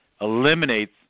eliminates